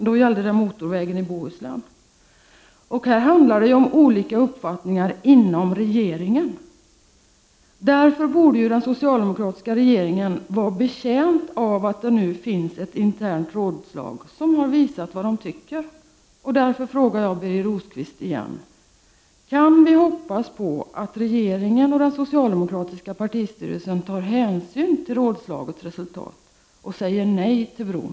Då gällde det motorvägen i Bohuslän. Här handlar det ju om olika uppfattningar inom regeringen. Därför borde den socialdemokratiska regeringen vara betjänt av att det nu finns ett internt rådslag, där man visat vad man tycker. Därför frågar jag Birger Rosqvist igen: Kan vi hoppas på att regeringen och den socialdemokratiska partistyrelsen tar hänsyn till rådslagets resultat och säger nej till bron?